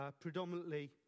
predominantly